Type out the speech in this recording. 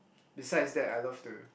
besides that I love to